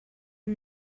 una